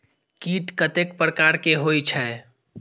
कीट कतेक प्रकार के होई छै?